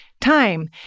time